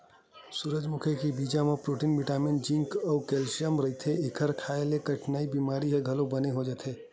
सूरजमुखी के बीजा म प्रोटीन बिटामिन जिंक अउ केल्सियम रहिथे, एखर खांए ले कइठन बिमारी ह घलो बने हो जाथे